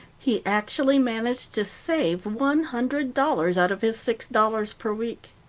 he actually managed to save one hundred dollars out of his six dollars per week.